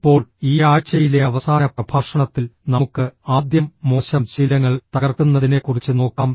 ഇപ്പോൾ ഈ ആഴ്ചയിലെ അവസാന പ്രഭാഷണത്തിൽ നമുക്ക് ആദ്യം മോശം ശീലങ്ങൾ തകർക്കുന്നതിനെക്കുറിച്ച് നോക്കാം